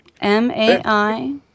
M-A-I